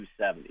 270